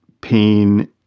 pain